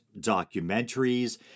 documentaries